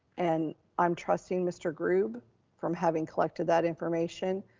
and i'm trusting mr. grube from having collected that information,